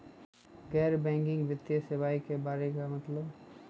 गैर बैंकिंग वित्तीय सेवाए के बारे का मतलब?